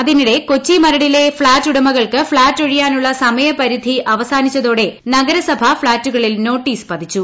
അതിനിടെ കൊച്ചി മരടിലെ ഫ്ളാറ്റ് ഉടമകൾക്ക് ഫ്ളാറ്റ് ഒഴിയാനുള്ള സമയപരിധി അവസാനിച്ചതോടെ നഗരസഭ ഫ്ളാറ്റുകളിൽ നോട്ടീസ് പതിച്ചു